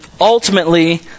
ultimately